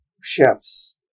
chefs